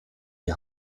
die